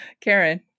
Karen